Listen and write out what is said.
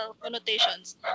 connotations